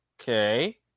okay